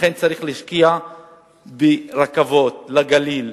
לכן צריך להשקיע ברכבות לגליל,